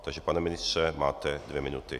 Takže pane ministře, máte dvě minuty.